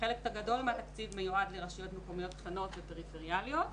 כשהחלק הגדול מהתקציב מיועד לרשויות מקומיות קטנות ופריפריאליות.